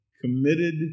committed